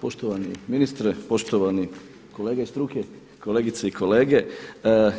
Poštovani ministre, poštovani kolege iz struke, kolegice i kolege